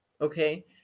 Okay